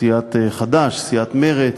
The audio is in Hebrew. סיעת חד"ש, סיעת מרצ,